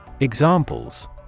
Examples